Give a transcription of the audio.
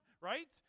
right